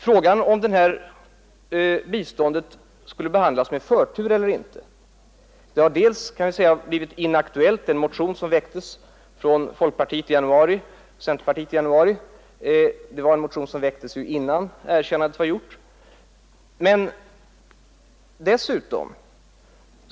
Frågan huruvida det här biståndet skulle behandlas med förtur eller inte har blivit inaktuell — motionen från folkpartiet och centerpartiet väcktes i januari, innan erkännandet var gjort och den svenska regeringen sänt en delegation.